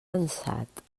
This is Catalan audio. ansat